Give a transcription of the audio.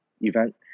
event